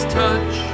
touch